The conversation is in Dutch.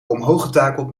omhooggetakeld